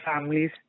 families